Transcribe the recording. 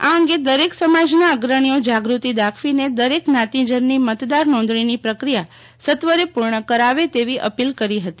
આ અંગે દરેક સમાજ અગ્રણીઓ જાગૃતિ દાખવી દરેક જ્ઞાતિજનની મતદાર નોંધણીની પ્રક્રિયા સત્વરે પૂર્ણ કરાવે તેવી અપીલ કરી હતી